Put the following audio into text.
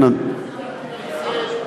יש לי הצעה.